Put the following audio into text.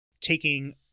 taking